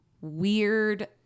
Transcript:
weird